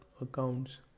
accounts